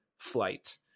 flight